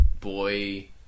boy